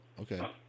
Okay